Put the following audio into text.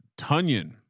Tunyon